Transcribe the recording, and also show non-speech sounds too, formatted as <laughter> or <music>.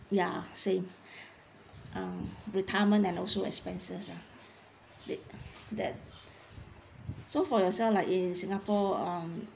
ya same <breath> uh retirement and also expenses ah did <breath> that so for yourself like in singapore um